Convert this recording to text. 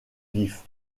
vif